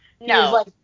No